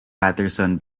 patterson